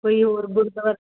ਕੋਈ ਹੋਰ ਗੁਰੂਦਵਾਰਾ